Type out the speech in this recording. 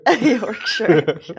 Yorkshire